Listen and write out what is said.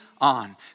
on